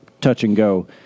touch-and-go